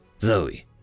Zoe